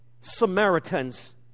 Samaritans